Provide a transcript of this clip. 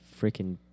freaking